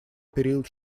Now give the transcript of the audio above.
период